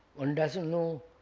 one doesn't know